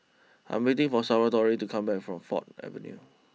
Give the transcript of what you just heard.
I am waiting for Salvatore to come back from Ford Avenue